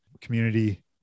community